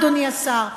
אדוני השר,